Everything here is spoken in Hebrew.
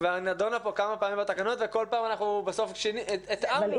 כבר נדונה פה כמה פעמים בתקנות ובסוף אנחנו התאמנו את זה.